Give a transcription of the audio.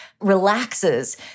relaxes